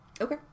Okay